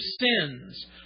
sins